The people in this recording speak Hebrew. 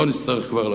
כבר לא נצטרך ללכת.